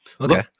Okay